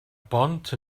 bont